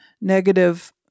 negative